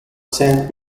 saint